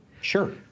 Sure